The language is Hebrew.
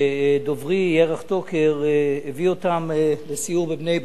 שדוברי ירח טוקר הביא, לסיור בבני-ברק.